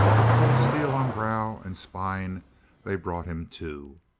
with cold steel on brow and spine they brought him to.